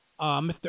Mr